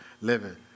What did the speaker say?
living